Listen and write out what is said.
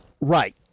Right